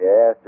Yes